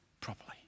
properly